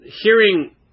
hearing